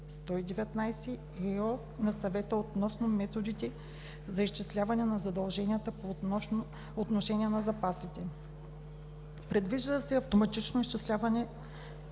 2009/119/ЕО на Съвета относно методите за изчисляване на задълженията по отношение на запасите. Предвижда се автоматично изчисляваният